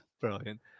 Brilliant